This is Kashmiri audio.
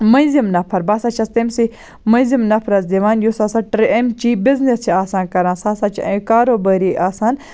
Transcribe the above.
مٔنٛزِم نَفَر بہٕ ہَسا چھَس تٔمسٕے منٛزِم نَفرَس دِوان یُس ہَسا ٹر امچی بِزنٮ۪س چھِ آسان کَران سُہ ہَسا چھُ اتہِ کاروبٲری آسان